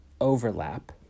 overlap